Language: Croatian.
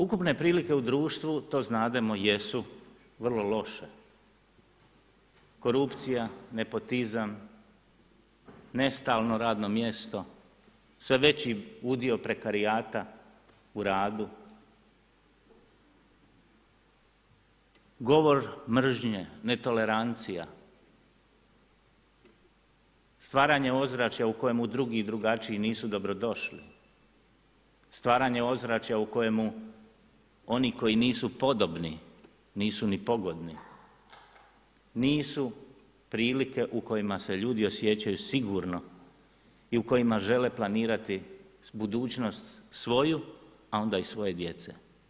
Ukupne prilike u društvu, to znademo jesu vrlo loše, korupcija, nepotizam, nestalno radno mjesto, sve veći udio prekarijata u radu, govor mržnje, netolerancija, stvaranje ozračja u kojima drugi drugačiji nisu dobrodošli, stvaranje ozračja u kojemu oni koji nisu podobni, nisu ni pogodni, nisu prilike u kojima se ljudi osjećaju sigurno i u kojima žele planirati budućnost svoju, a onda i svoje djece.